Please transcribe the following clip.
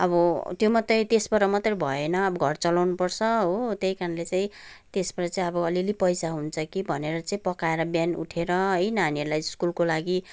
अब त्यो मात्रै त्यसबाट मात्रै भएन अब घर चलाउँनु पर्छ हो त्यही कारणले चाहिँ त्यसबाट चाहिँ अब अलिअलि पैसा हुन्छ कि भनेर चाहिँ पकाएर बिहान उठेर है नानीहरूलाई स्कुलको लागि